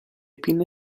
pinne